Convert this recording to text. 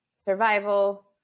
survival